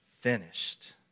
finished